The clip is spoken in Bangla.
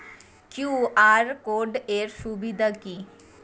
কিউ.আর কোড এর সুবিধা কি?